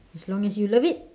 as long as you love it